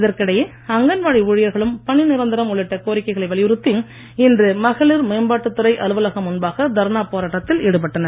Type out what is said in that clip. இதற்கிடையே அங்கன்வாடி ஊழியர்களும் பணி நிரந்தரம் உள்ளிட்ட கோரிக்கைகளை வலியுறுத்தி இன்று மகளிர் மேம்பாட்டுத் துறை அலுவலகம் முன்பாக தர்ணா போராட்டத்தில் ஈடுபட்டனர்